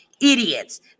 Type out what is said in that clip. idiots